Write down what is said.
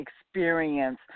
experience